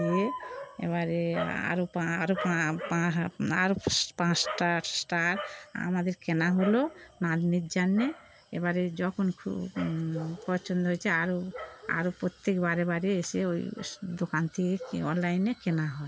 দিয়ে এবারে আরও পা আরও পা পা আরও পাঁচটা স্টার আমাদের কেনা হল নাতনির জন্যে এবারে যখন খুব পছন্দ হয়েছে আরও আরও প্রত্যেক বারে বারে এসে ওই দোকান থেকে অনলাইনে কেনা হয়